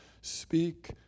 speak